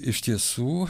iš tiesų